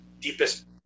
deepest